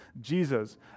Jesus